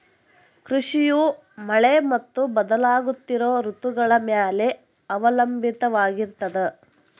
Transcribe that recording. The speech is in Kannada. ಕೃಷಿಯು ಮಳೆ ಮತ್ತು ಬದಲಾಗುತ್ತಿರೋ ಋತುಗಳ ಮ್ಯಾಲೆ ಅವಲಂಬಿತವಾಗಿರ್ತದ